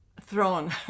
throne